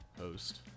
host